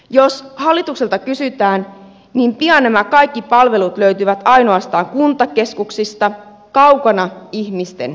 jos hallitukselta kysytään niin pian nämä kaikki palvelut löytyvät ainoastaan kuntakeskuksista kaukana ihmisten kodeista